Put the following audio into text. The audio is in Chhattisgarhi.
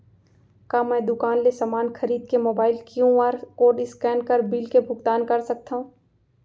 का मैं दुकान ले समान खरीद के मोबाइल क्यू.आर कोड स्कैन कर बिल के भुगतान कर सकथव?